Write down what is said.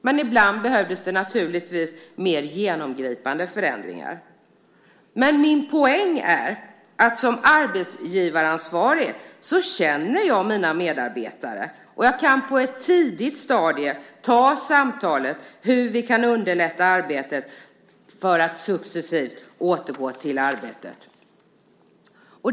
Men ibland behövdes det naturligtvis mer genomgripande förändringar. Min poäng är att som arbetsgivaransvarig känner jag mina medarbetare, och jag kan på ett tidigt stadium ta samtalet om hur vi kan underlätta arbetet för att successivt återgå till arbetet.